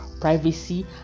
privacy